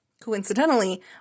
Coincidentally